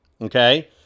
okay